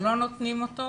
שלא נותנים אותו,